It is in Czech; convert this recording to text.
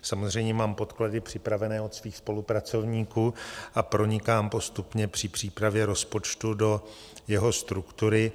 Samozřejmě mám podklady připravené od svých spolupracovníků a pronikám postupně při přípravě rozpočtu do jeho struktury.